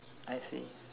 I see